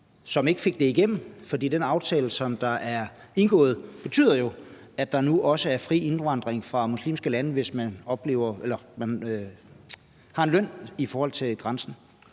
som ikke fik det igennem, fordi den aftale, der er indgået, jo betyder, at der nu også er fri indvandring fra muslimske lande, hvis man har en løn i forhold til grænsen?